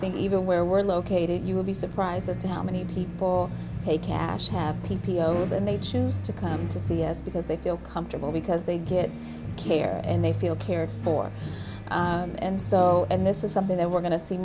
think even where we're located you would be surprised at how many people pay cash have p p o s and they choose to come to c s because they feel comfortable because they get care and they feel cared for and so and this is something that we're going to see